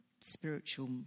spiritual